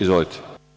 Izvolite.